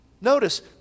Notice